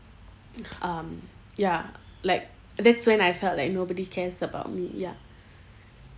um ya like that's when I felt like nobody cares about me ya